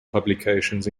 publications